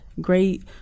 great